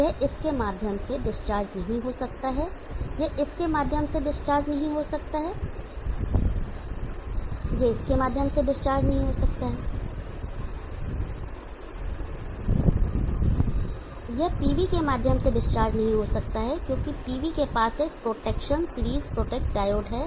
यह इसके माध्यम से डिस्चार्ज नहीं हो सकता है यह इसके माध्यम से डिस्चार्ज नहीं हो सकता है यह इसके माध्यम से डिस्चार्ज नहीं हो सकता है यह इसके माध्यम से डिस्चार्ज नहीं हो सकता है यह PV के माध्यम से डिस्चार्ज नहीं हो सकता है क्योंकि PV के पास एक प्रोटेक्शन सीरीज प्रोटेक्ट डायोड है